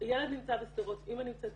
--- ילד נמצא בשדרות, אימא נמצאת בירושלים,